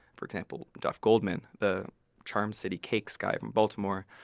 for example, duff goldman, the charm city cakes guy from baltimore,